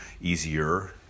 easier